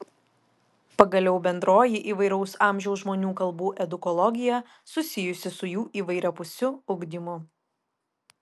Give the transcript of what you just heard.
pagaliau bendroji įvairaus amžiaus žmonių kalbų edukologija susijusi su jų įvairiapusiu ugdymu